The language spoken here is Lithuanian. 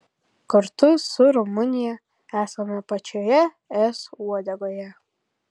kartu su rumunija esame pačioje es uodegoje